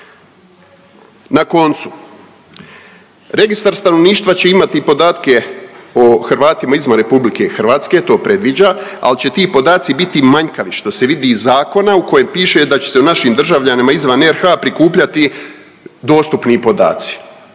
Na koncu, Registar stanovništva će imati podatke o Hrvatima izvan RH, to predviđa, al će ti podaci biti manjkavi što se vidi iz zakona u kojem piše da će se o našim državljanima izvan RH prikupljati dostupni podaci,